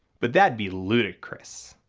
but that'd be ludicrous